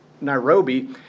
Nairobi